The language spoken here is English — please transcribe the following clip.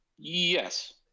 Yes